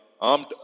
armed